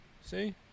see